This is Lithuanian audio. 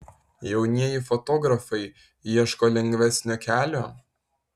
jaunieji fotografai ieško lengvesnio kelio